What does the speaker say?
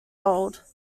old